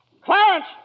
Clarence